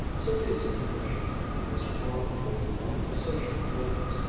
sylvia's impression of him was far from being one of social brilliance,